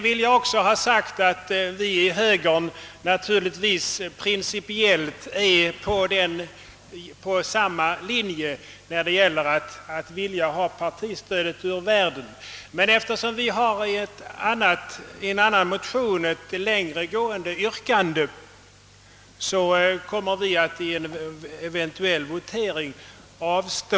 Vi i högern står naturligtvis principiellt på samma linje i vad avser viljan att ha partistödet ur världen, men eftersom vi i en annan motion har ett längre gående yrkande, kommer vi vid en eventuell votering i dag att avstå.